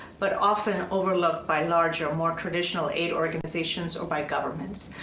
but often overlooked by larger, more traditional aid organizations or by governments.